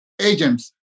agents